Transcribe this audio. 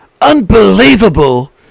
Unbelievable